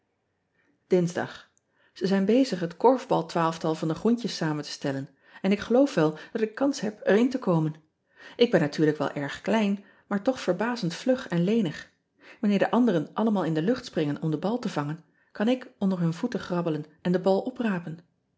insdag e zijn bezig het orfbal twaalftal van de roentjes samen te stellen en ik geloof wel dat ik kans heb er in te komen k ben natuurlijk wel erg klein maar toch verbazend vlug en lenig anneer de anderen allemaal in de hicht springen om den bal te vangen kan ik onder hun voeten grabbelen en den bal op